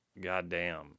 goddamn